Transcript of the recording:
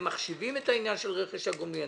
מחשיבים את העניין של רכש הגומלין,